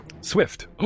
Swift